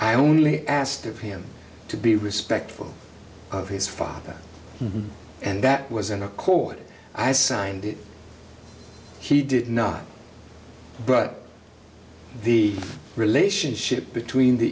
i only asked him to be respectful of his father and that was in accord i signed it he did not but the relationship between the